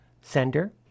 sender